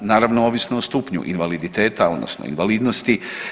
Naravno ovisno o stupnju invaliditeta, odnosno invalidnosti.